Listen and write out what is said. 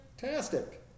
fantastic